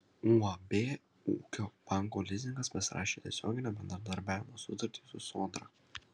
uab ūkio banko lizingas pasirašė tiesioginio bendradarbiavimo sutartį su sodra